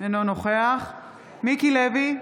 אינו נוכח מיקי לוי,